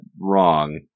wrong